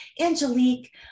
Angelique